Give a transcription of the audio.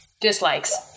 dislikes